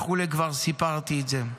כבר סיפרתי את זה.